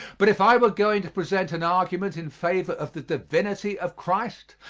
but if i were going to present an argument in favor of the divinity of christ,